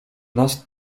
nas